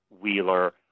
Wheeler